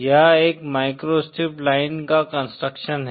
यह एक microstrip line का कंस्ट्रक्शन है